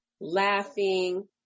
laughing